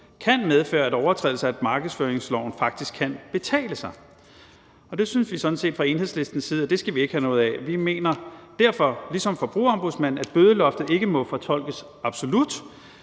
kan medføre, at overtrædelser af markedsføringsloven faktisk kan betale sig. Og vi synes sådan set fra Enhedslistens side, at det skal vi ikke have noget af. Vi mener derfor – ligesom Forbrugerombudsmanden – at bødeloftet ikke må fortolkes absolut,